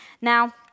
Now